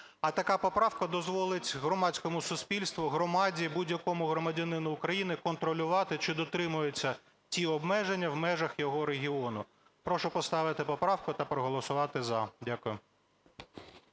а така поправка дозволить громадському суспільству, громаді, будь-якому громадянину України контролювати, чи дотримуються ті обмеження в межах його регіону. Прошу поставити поправку та проголосувати "за". Дякую.